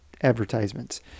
advertisements